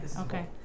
Okay